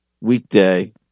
weekday